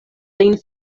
lin